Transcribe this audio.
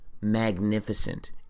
magnificent